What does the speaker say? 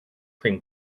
cream